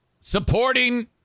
Supporting